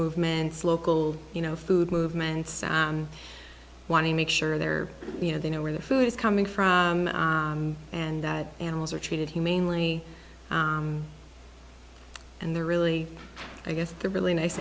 movements local you know food movements want to make sure their you know they know where the food is coming from and that animals are treated humanely and they're really i guess the really nice